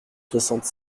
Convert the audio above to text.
soixante